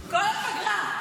כל הפגרה.